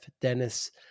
dennis